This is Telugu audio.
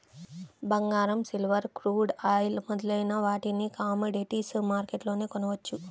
బంగారం, సిల్వర్, క్రూడ్ ఆయిల్ మొదలైన వాటిని కమోడిటీస్ మార్కెట్లోనే కొనవచ్చు